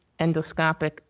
endoscopic